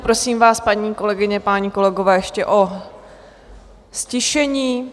Prosím vás, paní kolegyně, páni kolegové, ještě o ztišení.